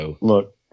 Look